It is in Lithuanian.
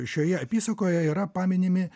šioje apysakoje yra paminimi